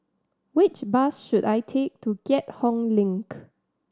which bus should I take to Keat Hong Link